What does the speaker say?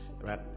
right